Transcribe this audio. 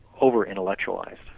over-intellectualized